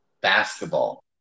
basketball